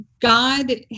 God